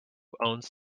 owns